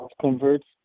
converts